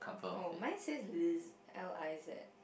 oh mine says liz L I Z